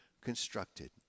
constructed